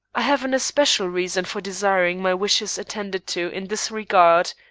i have an especial reason for desiring my wishes attended to in this regard,